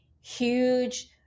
huge